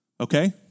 Okay